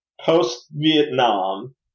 post-Vietnam